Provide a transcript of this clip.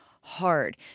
hard